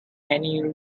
many